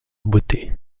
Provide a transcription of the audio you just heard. beauté